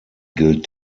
gilt